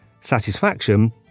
satisfaction